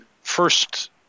first